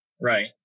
Right